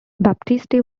baptiste